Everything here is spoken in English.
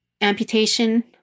Amputation